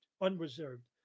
unreserved